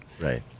Right